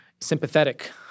sympathetic